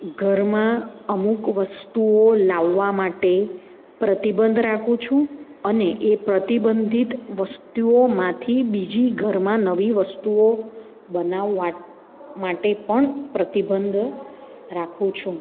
ઘરમાં અમુક વસ્તુઓ લાવવા માટે પ્રતિબંધ રાખું છું અને એ પ્રતિબંધિત વસ્તુઓમાંથી બીજી ઘરમાં નવી વસ્તુઓ બનાવવા માટે પણ પ્રતિબંધ રાખું છું